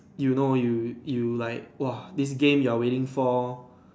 you know you you like !woah! this game you are waiting for